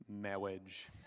marriage